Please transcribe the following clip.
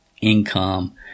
income